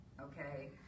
okay